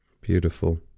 Beautiful